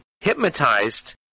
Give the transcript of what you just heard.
hypnotized